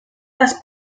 las